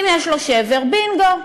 אם יש לו שבר, בינגו.